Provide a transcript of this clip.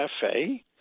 Cafe